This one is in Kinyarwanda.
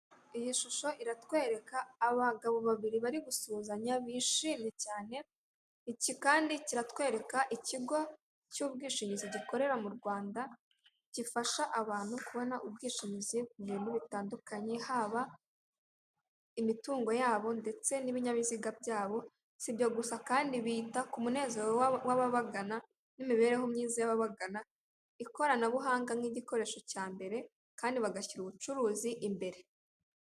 Iyi shusho iratwereka abagabo babiri bari gusuhuzanya bishimye cyane, iki kandi kiratwereka ikigo cy'ubwishingizi gikorera mu Rwanda, gifasha abantu kubona ubwishingizi ku bintu bitandukanye, haba imitungo yabo ndetse n'ibinyabiziga byabo, si ibyo gusa kandi bita ku munezero w'ababagana, n'imibereho myiza y'ababagana, ikoranabuhanga nk'igikoresho cya mbere, kandi bagashyira ubucuruzi imbere.